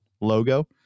logo